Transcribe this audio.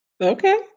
Okay